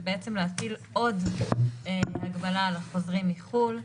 בעצם להטיל עוד הגבלה על החוזרים מחו"ל,